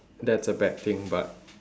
that's a bad thing but